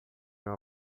meu